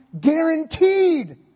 guaranteed